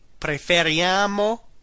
Preferiamo